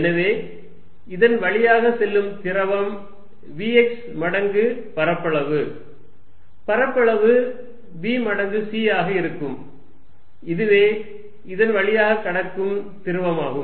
எனவே இதன் வழியாக செல்லும் திரவம் vx மடங்கு பரப்பளவு பரப்பளவு b மடங்கு c ஆக இருக்கும் இதுவே இதன் வழியாக கடக்கும் திரவமாகும்